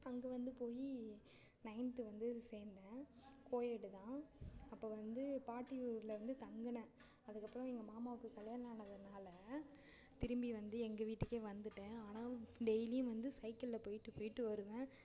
அங்கே வந்து போய் நைன்த்து வந்து சேர்ந்தேன் கோஎட் தான் அப்போது வந்து பாட்டி ஊரில் வந்து தங்கினேன் அதுக்கப்புறம் எங்கள் மாமாவுக்கு கல்யாணம் ஆனதினால் திரும்பி வந்து எங்கள் வீட்டுக்கே வந்துவிட்டேன் ஆனாலும் டெய்லியும் வந்து சைக்கிளில் போயிட்டு போயிட்டு வருவேன்